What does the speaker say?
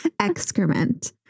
Excrement